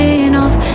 enough